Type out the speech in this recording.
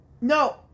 no